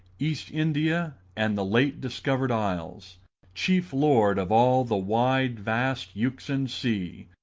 east india and the late-discover'd isles chief lord of all the wide vast euxine sea,